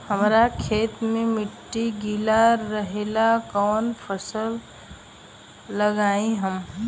हमरा खेत के मिट्टी गीला रहेला कवन फसल लगाई हम?